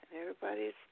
everybody's